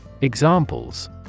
Examples